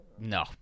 No